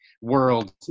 world